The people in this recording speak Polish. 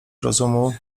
rozumu